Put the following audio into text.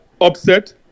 upset